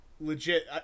Legit